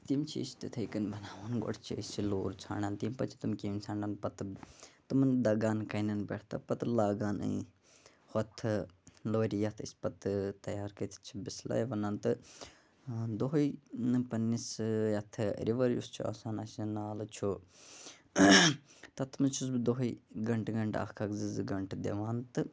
تِم چیٖز چھِ تِتھٕے کٔنۍ گۄڈٕ چھِ أسۍ سُہ لوٗر ژھانٛڈان تمہِ پَتہٕ چھِ تِم کٔیٚمۍ ژھانٛڈان پَتہٕ تِمَن تِمن دَگان کَنیٚن پیٚٹھ تہٕ پَتہٕ لاگان ہُتھ لورِ یتھ أسۍ پَتہٕ تَیار کٔرِتھ چھِ بِسلٲے بنان تہٕ دۅہے نہ پَننِس یتھ رِوَر یُس چھُ آسان اَسہِ یہِ نالہٕ چھُ تَتھ مَنٛز چھُس بہٕ دۅہے گَنٹہٕ گَنٛٹہٕ اکھ اکھ زٕ زٕ گَنٹہٕ دِوان تہٕ